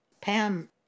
Pam